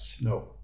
no